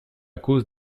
cause